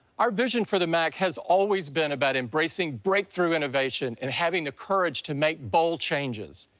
our vision for the mac has always been about embracing breakthrough innovation and having the courage to make bold changes.